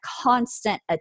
constant